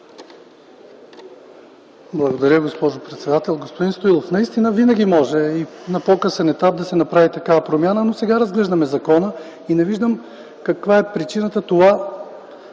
Благодаря, госпожо председател. Господин Стоилов, винаги може и на по-късен етап да се направи такава промяна. Сега разглеждаме закона и не виждам каква е причината това